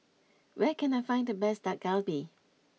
where can I find the best Dak Galbi